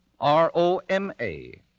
R-O-M-A